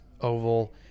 oval